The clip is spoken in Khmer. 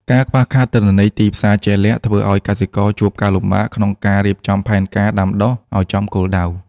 ការខ្វះខាតទិន្នន័យទីផ្សារជាក់លាក់ ធ្វើឱ្យកសិករជួបការលំបាកក្នុងការរៀបចំផែនការដាំដុះឱ្យចំគោលដៅ។